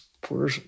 poor